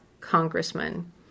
congressman